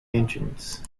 engines